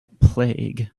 plague